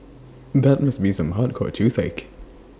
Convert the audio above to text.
that must be some hardcore toothache